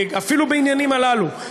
אפילו בעניינים הללו,